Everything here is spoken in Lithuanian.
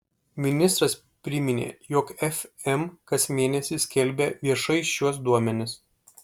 ministras priminė jog fm kas mėnesį skelbia viešai šiuos duomenis